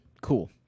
Cool